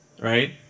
Right